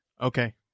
Okay